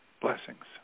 Blessings